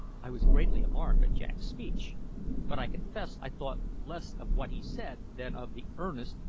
i was greatly alarmed at jack's speech but i confess i thought less of what he said than of the earnest,